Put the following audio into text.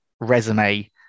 resume